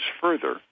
further